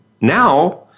now